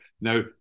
Now